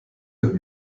mit